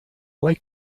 like